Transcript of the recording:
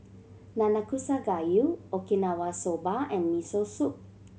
Nanakusa Gayu Okinawa Soba and Miso Soup